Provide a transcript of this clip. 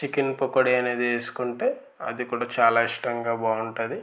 chicken pakodi అనేది వేసుకుంటే అది కూడా చాలా ఇష్టంగా బాగుంటుంది